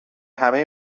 همه